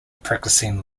practicing